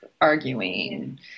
arguing